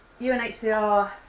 UNHCR